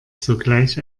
sogleich